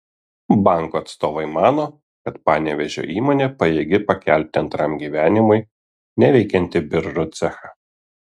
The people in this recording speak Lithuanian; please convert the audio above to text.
banko atstovai mano kad panevėžio įmonė pajėgi pakelti antram gyvenimui neveikiantį biržų cechą